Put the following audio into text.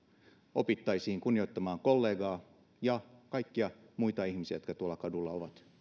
opittaisiin kunnioittamaan kollegaa ja kaikkia muita ihmisiä jotka tuolla kadulla ovat että